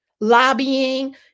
lobbying